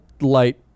Light